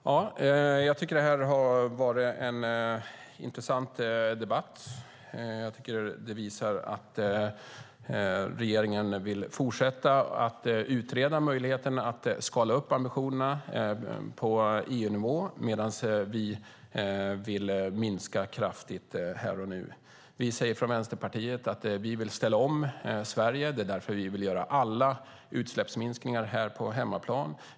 Herr talman! Jag tycker att det här har varit en intressant debatt som visar att regeringen vill fortsätta att utreda möjligheten att skala upp ambitionerna på EU-nivå medan vi vill minska kraftigt här och nu. Vi säger från Vänsterpartiet att vi vill ställa om Sverige. Det är därför vi vill göra alla utsläppsminskningar här på hemmaplan.